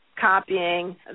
copying